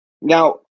Now